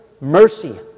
mercy